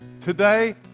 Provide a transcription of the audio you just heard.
Today